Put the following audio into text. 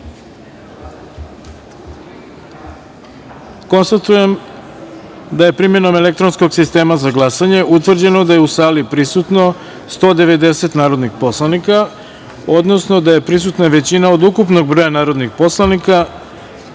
jedinice. Konstatujem da je primenom elektronskog sistema za glasanje utvrđeno da je u sali prisutno 190 narodnih poslanika, odnosno da je prisutna većina od ukupnog broja narodnih poslanika